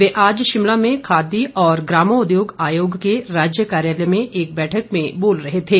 वे आज शिमला में खादी और ग्रामोद्योग आयोग के राज्य कार्यालय में एक बैठक में बोल रहे थे